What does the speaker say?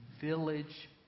village